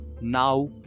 Now